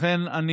לכן,